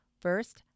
First